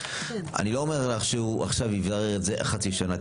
אני לא אומר לך שהוא עכשיו יברר את זה חצי שנה.